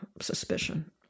suspicion